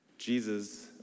Jesus